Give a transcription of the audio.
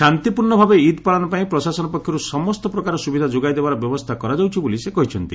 ଶାନ୍ତିପୂର୍୍ଣଭାବେ ଇଦ୍ ପାଳନ ପାଇଁ ପ୍ରଶାସନ ପକ୍ଷରୁ ସମସ୍ତ ପ୍ରକାର ସୁବିଧା ଯୋଗାଇ ଦେବାର ବ୍ୟବସ୍ଥା କରାଯାଉଛି ବୋଲି ସେ କହିଛନ୍ତି